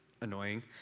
annoying